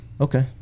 okay